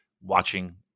watching